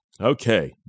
Okay